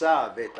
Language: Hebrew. המכסה ואת